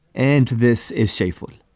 and this is shameful.